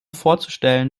vorzustellen